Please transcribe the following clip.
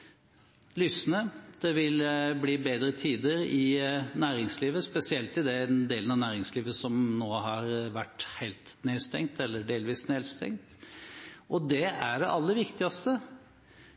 det vil lysne, det vil bli bedre tider i næringslivet, spesielt i den delen av næringslivet som nå har vært helt eller delvis nedstengt. Det er det aller viktigste.